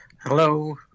Hello